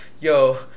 yo